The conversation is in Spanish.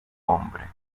hombre